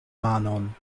manon